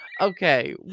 Okay